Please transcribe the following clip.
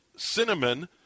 cinnamon